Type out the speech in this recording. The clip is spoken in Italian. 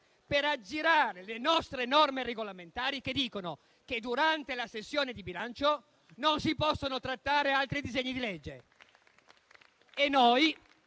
per aggirare le nostre norme regolamentari che affermano che durante la sessione di bilancio non si possono trattare altri disegni di legge.